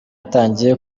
batangiye